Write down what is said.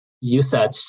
usage